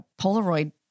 Polaroid